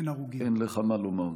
שאין לך מה לומר.